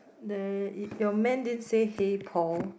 there yo~ your man didn't say hey Paul